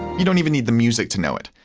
you don't even need the music to know it.